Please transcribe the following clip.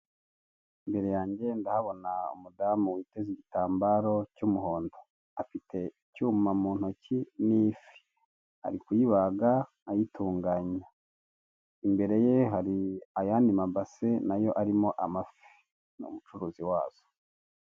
Imbereye uyange ndahabona umudamu witeze igitambaro cy'umuhondo afite icyuma mu ntoki n'ifi arikuyibaga ayitunganya, imbere ye hari ayandi mabase arimo amafi ni umucuruzi wazo.